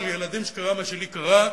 שלילדים שקרה להם מה שלי קרה,